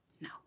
No